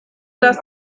das